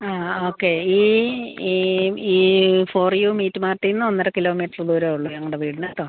ആ ഓക്കെ ഈ ഈ ഈ ഈ ഫോർ യു മീറ്റ് മാർട്ടിൽ നിന്ന് ഒന്നര കിലോമീറ്റർ ദൂരമേ ഉള്ളൂ ഞങ്ങളുടെ വീടിന് കേട്ടോ